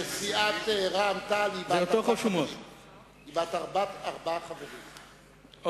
שבסיעת רע"ם-תע"ל ארבעה חברים,